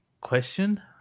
question